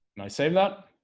and i save that